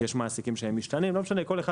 יש מעסיקים משתנים וכולי.